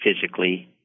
physically